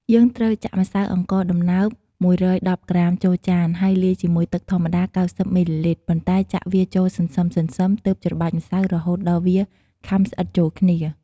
យើងត្រូវចាក់ម្សៅអង្ករដំណើប ១១០ក្រាមចូលចាន ហើយលាយជាមួយទឹកធម្មតា ៩០ មីលីលីត្រ ប៉ុន្តែចាក់វាចូលសន្សឹមៗ ទើបច្របាច់ម្សៅរហូតដល់វាខាំស្អិតចូលគ្នា។